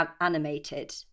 animated